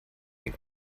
den